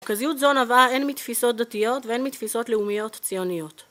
זו נבעה הן מתפיסות דתיות והן מתפיסות לאומיות-ציוניות